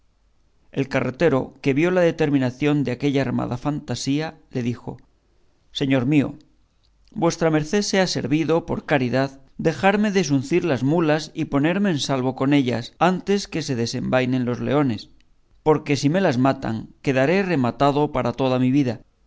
el carretero que vio la determinación de aquella armada fantasía le dijo señor mío vuestra merced sea servido por caridad dejarme desuncir las mulas y ponerme en salvo con ellas antes que se desenvainen los leones porque si me las matan quedaré rematado para toda mi vida